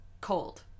cold